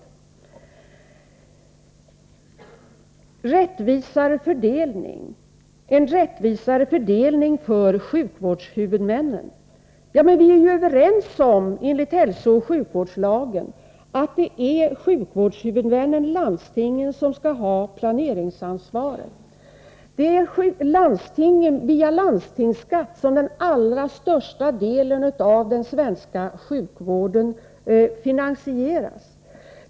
Det talas här mycket om en rättvisare fördelning för sjukvårdshuvudmännen, men vi är ju överens om att det är sjukvårdshuvudmännen, landstingen, som enligt hälsooch sjukvårdslagen skall ha planeringsansvaret. Det är via landstingsskatten som den allra största delen av den svenska sjukvården finansieras.